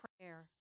prayer